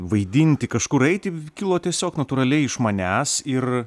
vaidinti kažkur eiti kilo tiesiog natūraliai iš manęs ir